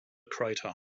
crater